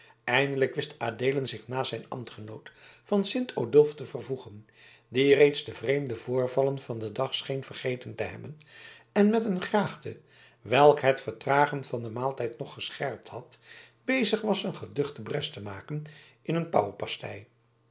eindelijk wist adeelen zich naast zijn ambtgenoot van sint odulf te vervoegen die reeds de vreemde voorvallen van den dag scheen vergeten te hebben en met een graagte welke het vertragen van den maaltijd nog gescherpt had bezig was een geduchte bres te maken in een